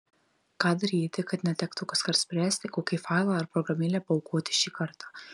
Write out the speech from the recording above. ką daryti kad netektų kaskart spręsti kokį failą ar programėlę paaukoti šį kartą